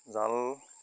জাল